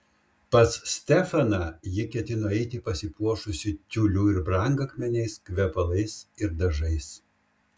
pas stefaną ji ketino eiti pasipuošusi tiuliu ir brangakmeniais kvepalais ir dažais